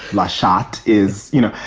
last shot is, you know,